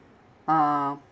uh